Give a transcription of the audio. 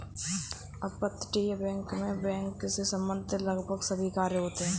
अपतटीय बैंक मैं बैंक से संबंधित लगभग सभी कार्य होते हैं